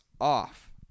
off